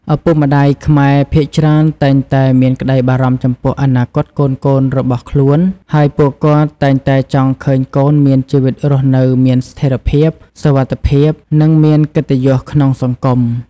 ឪពុកម្ដាយខ្មែរភាគច្រើនតែងតែមានក្ដីបារម្ភចំពោះអនាគតកូនៗរបស់ខ្លួន ហើយពួកគាត់តែងតែចង់ឃើញកូនមានជីវិតរស់នៅមានស្ថិរភាព សុវត្ថិភាព និងមានកិត្តិយសក្នុងសង្គម។